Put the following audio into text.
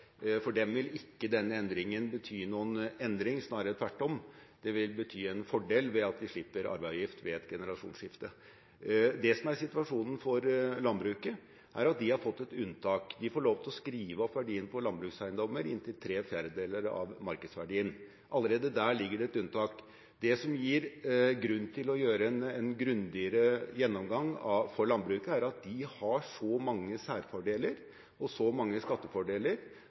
For dem vil ikke denne endringen bety noen endring, snarere tvert om, det vil bety en fordel ved at de slipper arveavgift ved et generasjonsskifte. Det som er situasjonen for landbruket, er at de har fått et unntak. De får lov til å skrive opp verdien på landbrukseiendommer inntil ¾ av markedsverdien. Allerede der ligger det et unntak. Grunnen til at man må gjøre en grundigere gjennomgang for landbruket, er at de har så mange særfordeler og så mange skattefordeler